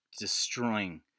destroying